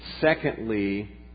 Secondly